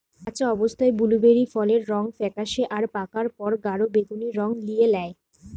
কাঁচা অবস্থায় বুলুবেরি ফলের রং ফেকাশে আর পাকার পর গাঢ় বেগুনী রং লিয়ে ল্যায়